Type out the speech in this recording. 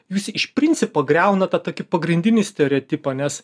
visi iš principo griauna tą tokį pagrindinį stereotipą nes